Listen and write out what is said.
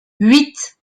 huit